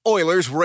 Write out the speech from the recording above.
Oilers